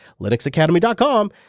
Linuxacademy.com